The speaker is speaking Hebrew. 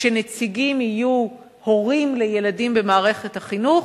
שהנציגים יהיו הורים לילדים במערכת החינוך,